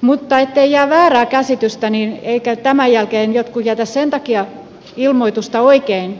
mutta ettei jää väärää käsitystä eivätkä tämän jälkeen jotkut jätä sen takia ilmoitusta oikein